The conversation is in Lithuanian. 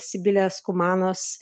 sibilės kumanos